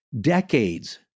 decades